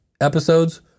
episodes